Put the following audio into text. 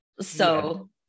So-